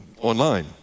online